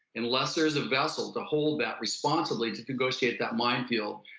unless there's a vessel to hold that responsibly, to negotiate that minefield,